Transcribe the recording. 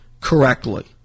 correctly